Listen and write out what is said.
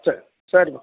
சரி சரிமா